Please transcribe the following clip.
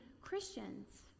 Christians